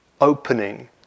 opening